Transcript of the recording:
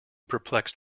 perplexed